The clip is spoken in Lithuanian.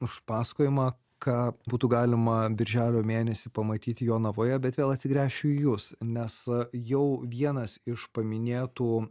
už pasakojimą ką būtų galima birželio mėnesį pamatyti jonavoje bet vėl atsigręšiu į jus nes jau vienas iš paminėtų